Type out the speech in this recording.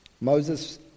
Moses